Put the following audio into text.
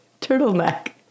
turtleneck